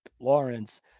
Lawrence